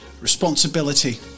responsibility